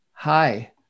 Hi